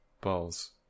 Balls